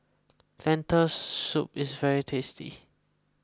Lentil soup is very tasty